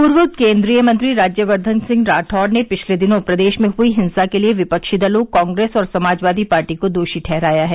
पूर्व केंद्रीय मंत्री राज्यवर्धन सिंह राठौर ने पिछले दिनों प्रदेश में हुई हिंसा के लिए विपक्षी दलों कांग्रेस और समाजवादी पार्टी को दोषी ठहराया है